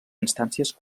instàncies